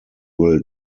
will